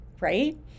right